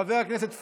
חבר הכנסת פורר,